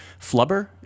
Flubber